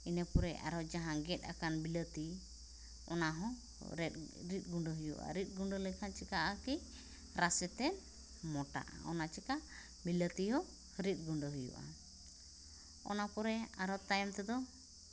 ᱤᱱᱟᱹᱯᱚᱨᱮ ᱟᱨᱚ ᱡᱟᱦᱟᱸ ᱜᱮᱫ ᱟᱠᱟᱱ ᱵᱤᱞᱟᱹᱛᱤ ᱚᱱᱟᱦᱚᱸ ᱨᱤᱫ ᱜᱩᱸᱰᱟᱹ ᱦᱩᱭᱩᱜᱼᱟ ᱨᱤᱫ ᱜᱩᱸᱰᱟᱹ ᱞᱮᱠᱷᱟᱱ ᱪᱮᱠᱟᱹᱜᱼᱟ ᱠᱤ ᱨᱟᱥᱮᱛᱮᱫ ᱢᱚᱴᱟᱜᱼᱟ ᱚᱱᱟ ᱪᱤᱠᱟᱹ ᱵᱤᱞᱟᱹᱛᱤᱦᱚᱸ ᱨᱤᱫ ᱜᱩᱸᱰᱟᱹ ᱦᱩᱭᱩᱜᱼᱟ ᱚᱱᱟᱯᱚᱨᱮ ᱟᱨᱚ ᱛᱟᱭᱚᱢᱛᱮᱫᱚ